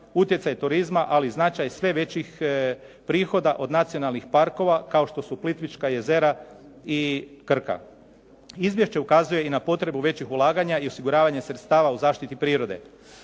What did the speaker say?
utjecaj turizma, ali značaj sve većih prihoda od nacionalnih parkova kao što su Plitvička jezera i Krka. Izvješće ukazuje i na potrebu većih ulaganja i osiguravanja sredstava u zaštiti prirode.